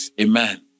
Amen